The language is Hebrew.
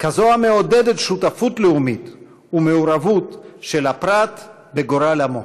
כזאת המעודדת שותפות לאומית ומעורבות של הפרט בגורל עמו.